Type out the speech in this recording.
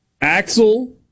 Axel